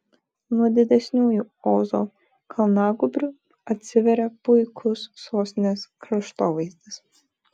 nuo didesniųjų ozo kalnagūbrių atsiveria puikus sostinės kraštovaizdis